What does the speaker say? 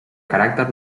caràcter